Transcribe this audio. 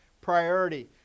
priority